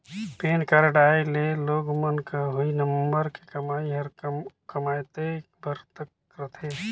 PAN card आए ले लोग मन क हुई नंबर के कमाई हर कमातेय भर तक रथे